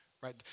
right